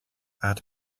add